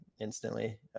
instantly